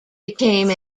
became